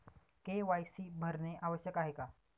KYC भरणे आवश्यक आहे का?